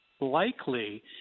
likely